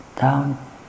down